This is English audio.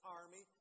army